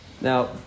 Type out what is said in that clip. Now